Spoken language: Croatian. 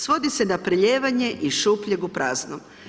Svodi se na prelijevanje iz šupljeg u prazno.